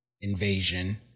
invasion